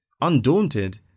Undaunted